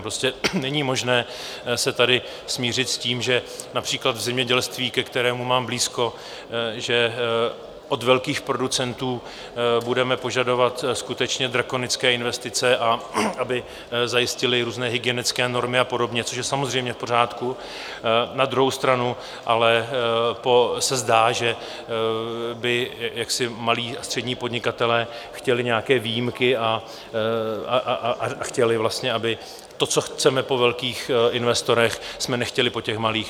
Prostě není možné se tady smířit s tím, že například v zemědělství, ke kterému mám blízko, od velkých producentů budeme požadovat skutečně drakonické investice a aby zajistili různé hygienické normy a podobně, což je samozřejmě v pořádku, na druhou stranu ale se zdá, že by jaksi malí a střední podnikatelé chtěli nějaké výjimky a chtěli, aby to, co chceme po velkých investorech, jsme nechtěli po těch malých.